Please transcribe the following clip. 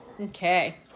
Okay